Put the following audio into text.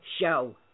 show